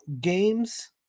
games